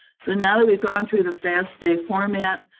so now that we've gone through the fasta format,